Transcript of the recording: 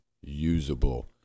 usable